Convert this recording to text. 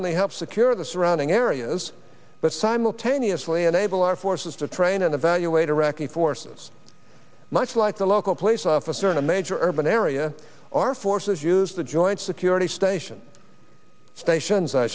the help secure the surrounding areas but simultaneously enable our forces to train and evaluate iraqi forces much like the local police officer in a major urban area our forces use the joint security station stations i